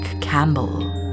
Campbell